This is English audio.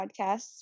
podcasts